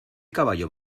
caballo